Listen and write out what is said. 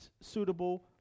suitable